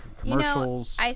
commercials